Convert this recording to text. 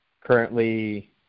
Currently